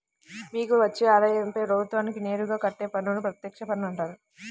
మీకు వచ్చే ఆదాయంపై ప్రభుత్వానికి నేరుగా కట్టే పన్నును ప్రత్యక్ష పన్ను అంటారు